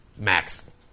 Max